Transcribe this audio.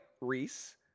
Reese